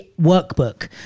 workbook